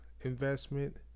investment